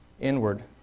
inward